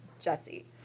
Jesse